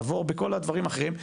עבור בכל הדברים האחרים.